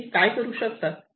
तुम्ही काय करू शकतात